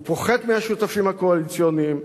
הוא פוחד מהשותפים הקואליציוניים,